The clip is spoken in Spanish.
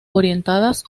orientadas